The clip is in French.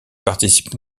participe